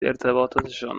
ارتباطشان